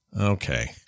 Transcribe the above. Okay